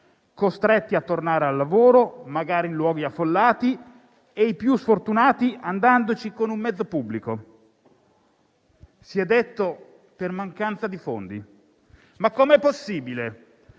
costretti a tornare al lavoro, magari in luoghi affollati, e i più sfortunati andandoci con un mezzo pubblico. Si è detto che ciò è avvenuto per mancanza di fondi. Ma com'è possibile?